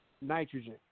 Nitrogen